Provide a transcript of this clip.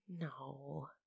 No